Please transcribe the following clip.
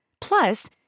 Plus